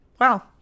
Wow